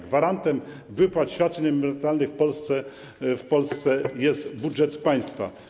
Gwarantem wypłat świadczeń emerytalnych w Polsce jest budżet państwa.